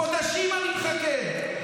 חודשים אני מחכה,